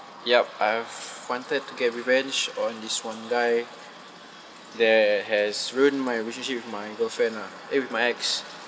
yup I've wanted to get revenge on this one guy that has ruined my relationship with my girlfriend lah eh with my ex